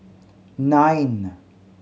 nine